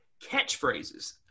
Catchphrases